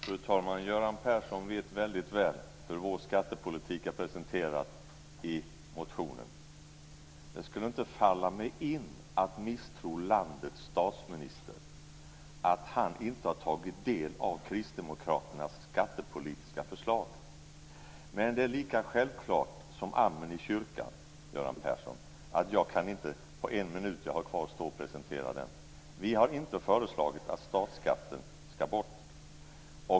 Fru talman! Göran Persson vet väldigt väl hur vår skattepolitik är presenterad i motionen. Det skulle inte falla mig in att tro att landets statsminister inte har tagit del av kristdemokraternas skattepolitiska förslag. Men det är lika självklart som amen i kyrkan, Göran Persson, att jag på den minut jag har kvar inte kan presentera den. Vi har inte föreslagit att statsskatten ska bort.